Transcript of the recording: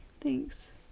thanks